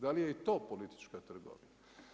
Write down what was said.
Da li je i to politička trgovina?